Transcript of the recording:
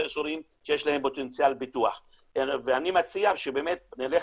באזורים שיש להם פוטנציאל פיתוח ואני מציע שנלך